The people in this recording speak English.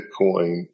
Bitcoin